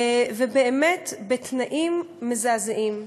ובאמת בתנאים מזעזעים.